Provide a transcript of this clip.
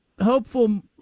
hopeful